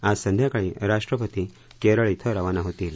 आज संध्याकाळी राष्ट्रपती केरळ श्रे रवाना होतील